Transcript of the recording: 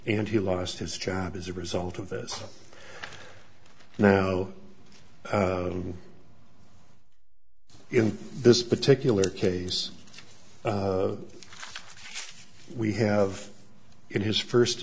and he lost his job as a result of this now in this particular case we have in his first